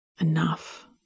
enough